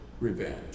Revenge